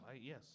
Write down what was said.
Yes